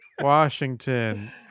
Washington